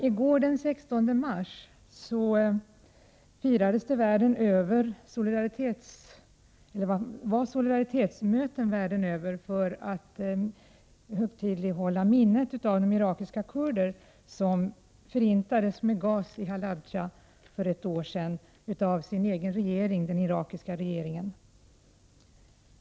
I går den 16 mars var det solidaritetsmöten världen över för att högtidlighålla minnet av de irakiska kurder som förintades med gas i Halabja för ett år sedan av sin egen regering, den irakiska regeringen.